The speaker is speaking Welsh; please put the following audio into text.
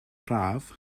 braf